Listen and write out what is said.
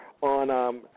on